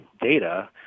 data